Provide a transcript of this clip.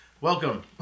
Welcome